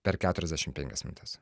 per keturiasdešimt penkias minutes